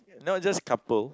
not just couple